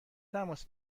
تماس